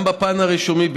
בפן הרישומי,